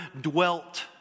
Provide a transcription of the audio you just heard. dwelt